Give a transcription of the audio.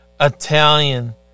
Italian